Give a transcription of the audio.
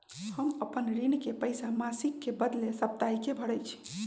हम अपन ऋण के पइसा मासिक के बदले साप्ताहिके भरई छी